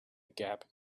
gap